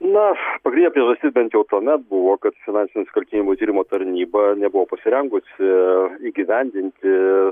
na aš pagrindinė priežastis bent jau tuomet buvo kad finansinių nusikaltimų tyrimo tarnyba nebuvo pasirengusi įgyvendinti